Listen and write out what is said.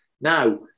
Now